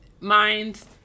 minds